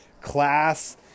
class